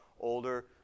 older